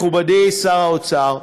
מכובדי שר האוצר,